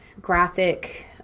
graphic